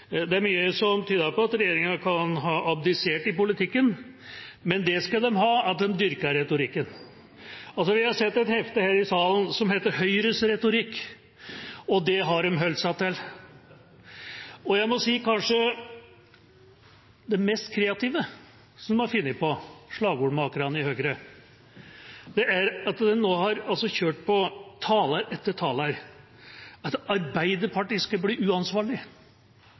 Det er mye som tyder på at regjeringa kan ha abdisert i politikken, men det skal de ha: De dyrker retorikken. Vi har sett et hefte her i salen som heter Høyres retorikk, og det har de holdt seg til. Kanskje det mest kreative de har funnet på, slagordmakerne i Høyre, som de nå har kjørt på, taler etter taler, er at Arbeiderpartiet skulle bli uansvarlig.